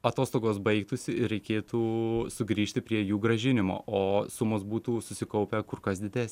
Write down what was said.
atostogos baigtųsi ir reikėtų sugrįžti prie jų grąžinimo o sumos būtų susikaupę kur kas didesn